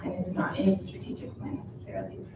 not any strategic plan, necessarily.